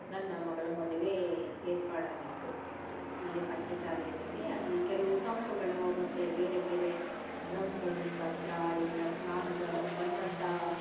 ನನ್ನ ಮಗಳ ಮದುವೆ ಏರ್ಪಾಡಾಗಿತ್ತು ಇಲ್ಲೇ ಪಂಚಚಾರ್ಯದಲ್ಲಿ ಅಲ್ಲಿ ಕೆಲವು ಸಂಪುಗಳು ಮತ್ತು ಬೇರೆ ಬೇರೆ ಡ್ರಮ್ಗಳ ಮುಖಾಂತರ ಎಲ್ಲ ಸ್ನಾನದ ಬಂದಂಥ